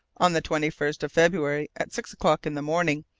on the twenty first of february, at six o'clock in the morning,